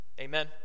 Amen